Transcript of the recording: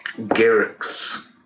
Garrix